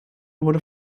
wurde